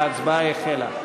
ההצבעה החלה.